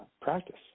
practice